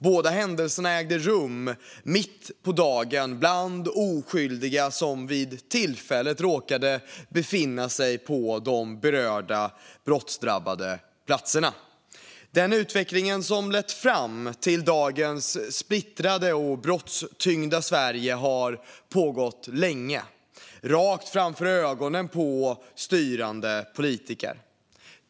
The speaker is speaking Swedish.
Båda händelserna ägde rum mitt på dagen, bland oskyldiga som vid tillfället råkade befinna sig på de berörda brottsdrabbade platserna. Den utveckling som har lett fram till dagens splittrade och brottstyngda Sverige har pågått länge, mitt framför ögonen på styrande politiker.